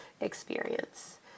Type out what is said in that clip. experience